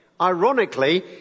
Ironically